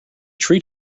tree